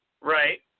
Right